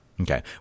Okay